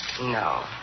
No